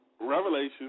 Revelation